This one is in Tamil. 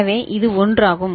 எனவே இது ஒன்றாகும்